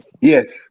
yes